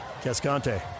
Cascante